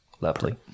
Lovely